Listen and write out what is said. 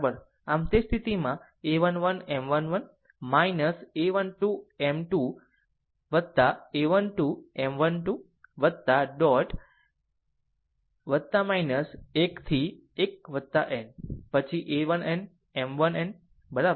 આમ તે સ્થિતિમાં 1a 1 1 M 1 1 a 1 2 M 2 a 1 2 M 1 2 dot 1 થી 1 n પછી a 1n M 1n બરાબર